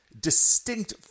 distinct